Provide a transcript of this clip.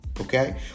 Okay